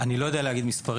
אני לא יודע להגיד מספרים.